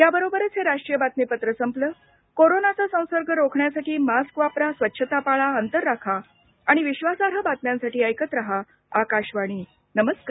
याबरोबरच हे राष्ट्रीय बातमीपत्र संपलं कोरोनाचा संसर्ग रोखण्यासाठी मास्क वापरा स्वच्छता पाळा अंतर राखा आणि विश्वासार्ह बातम्यांसाठी ऐकत रहा आकाशवाणी नमस्कार